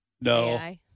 no